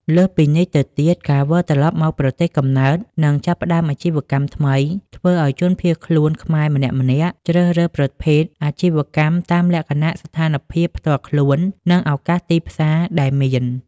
លើសពីនេះទៅទៀត ការវិលត្រឡប់មកប្រទេសកំណើតនិងចាប់ផ្តើមអាជីវកម្មថ្មី ធ្វើឲ្យជនភៀសខ្លួនខ្មែរម្នាក់ៗជ្រើសរើសប្រភេទអាជីវកម្មតាមលក្ខណៈស្ថានភាពផ្ទាល់ខ្លួន និងឱកាសទីផ្សារដែលមាន។